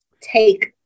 take